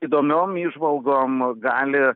įdomiom įžvalgom gali